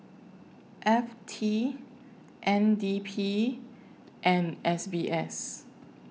F T N D P and S B S